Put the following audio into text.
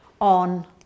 on